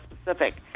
specific